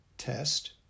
test